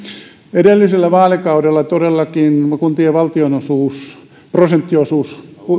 edellisellä vaalikaudella todellakin kuntien valtionosuus prosenttiosuus